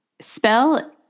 spell